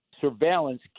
surveillance